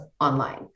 online